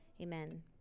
amen